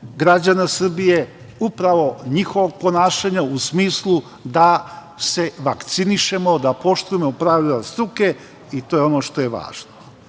građana Srbije, upravo njihovog ponašanja, u smislu da se vakcinišemo, da poštujemo pravila struke i to je ono što je važno. Od